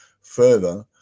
further